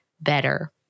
better